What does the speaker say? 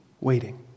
waiting